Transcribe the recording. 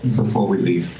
before we leave.